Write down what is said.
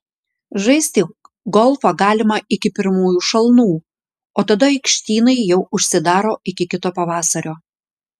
žaisti golfą galima iki pirmųjų šalnų o tada aikštynai jau užsidaro iki kito pavasario